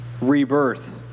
rebirth